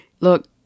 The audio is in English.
look